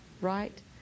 right